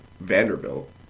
Vanderbilt